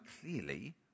clearly